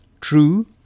true